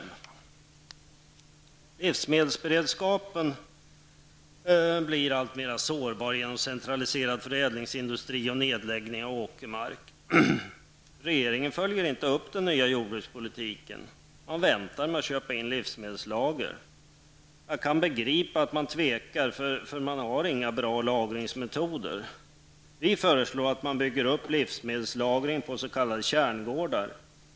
När det gäller livsmedelsberedskapen blir sårbarheten allt större genom att vi har en centraliserad förädlingsindustri och genom nedläggningen av åkermark. Regeringen följer inte upp den nya jordbrukspolitiken. Man väntar med att köpa in livsmedelslager. Jag kan begripa att man tvekar. Det finns ju inga bra lagringsmetoder. Vi föreslår en utbyggnad av livsmedelslagringen på s.k. kärngårdar.